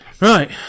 Right